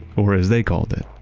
or as they called it,